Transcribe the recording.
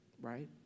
Right